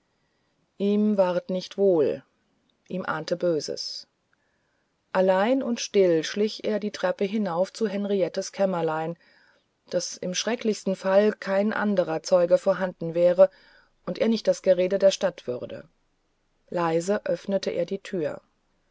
ihm ward nicht wohl ihm ahnte böses allein und still schlich er die treppe hinauf zu henriettes kämmerlein daß im schrecklichsten fall kein anderer zeuge vorhanden wäre und er nicht das gerede der stadt würde leise öffnete er die tür